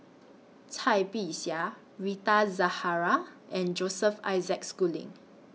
Cai Bixia Rita Zahara and Joseph Isaac Schooling